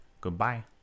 goodbye